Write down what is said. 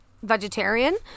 vegetarian